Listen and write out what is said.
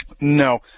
No